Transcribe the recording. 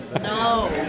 No